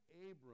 Abram